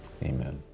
Amen